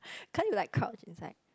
can't you like crouch inside